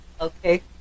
Okay